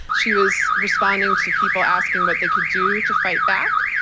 she was responding to people asking what they could do to fight back,